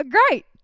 Great